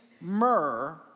myrrh